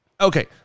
okay